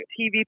TV